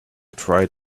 tried